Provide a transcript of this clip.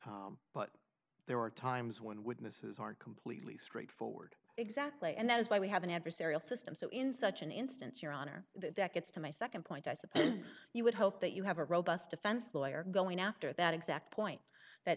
t but there are times when witnesses are completely straight forward exactly and that is why we have an adversarial system so in such an instance your honor that gets to my nd point i suppose you would hope that you have a robust defense lawyer going after that exact point that